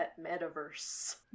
Metaverse